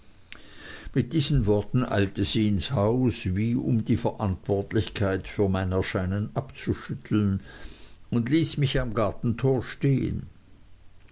mit diesen worten eilte sie ins haus wie um die verantwortlichkeit für mein erscheinen abzuschütteln und ließ mich am gartentor stehen